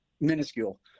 Minuscule